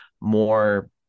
more